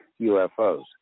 UFOs